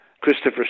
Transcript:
Christopher